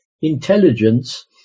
intelligence